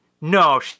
No